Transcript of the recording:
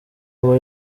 uwo